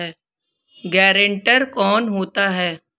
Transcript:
Guarantor कौन होता है?